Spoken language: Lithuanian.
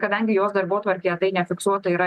kadangi jos darbotvarkėje tai nefiksuota yra